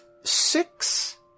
six